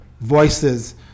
voices